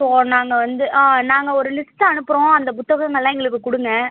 so நாங்கள் வந்து ஆ நாங்கள் ஒரு லிஸ்ட்டு அனுப்புகிறோம் அந்த புத்தகங்களெலாம் எங்களுக்கு கொடுங்க